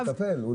הוא מטפל.